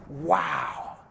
Wow